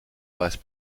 vice